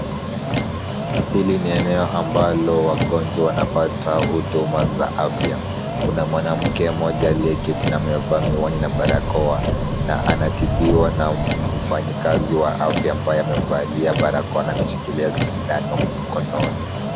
Hili ni eneo ambalo wagonjwa wanapata huduma za afya, kuna mwanamke mmoja aliyeketi na amevaa miwani na barakoa na anatibiwa na mfanyikazi wa afya ambaye amevalia barakoa na ameshikilia sindano mkononi.